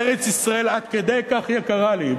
ארץ-ישראל עד כדי כך יקרה לי,